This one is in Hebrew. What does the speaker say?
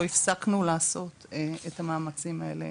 לא הפסקנו לעשות את המאמצים האלה